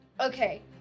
Okay